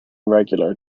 regular